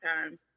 time